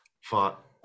fought